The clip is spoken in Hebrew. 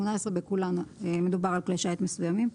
18. בכולן מדובר על כלי שיט מסוימים.